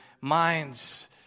minds